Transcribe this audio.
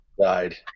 died